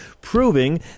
proving